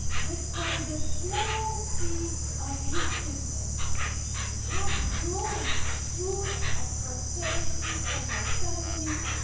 but from the small seeds of his goodness have grown fruits of prosperity for my family,